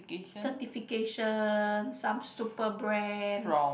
certifications some super brand